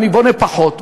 אני בונה פחות,